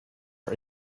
are